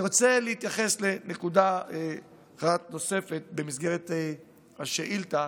אני רוצה להתייחס לנקודה אחת נוספת במסגרת השאילתה.